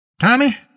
Tommy